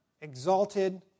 exalted